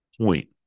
point